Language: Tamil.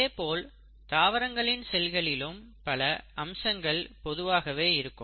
இதேபோல் தாவரங்களின் செல்களிலும் பல அம்சங்கள் பொதுவாகவே இருக்கும்